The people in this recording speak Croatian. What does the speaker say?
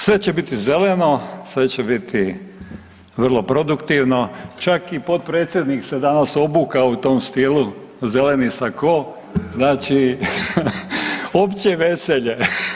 Sve će biti zeleno, sve će biti vrlo produktivno, čak i potpredsjednik se danas obukao u tom stilu, zeleni sako, znači opće veselje.